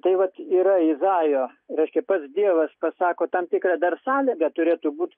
tai vat yra izajo reiškia pats dievas pasako tam tikrą dar sąlyga turėtų būt